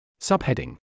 Subheading